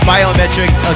Biometrics